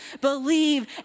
Believe